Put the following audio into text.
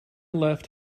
left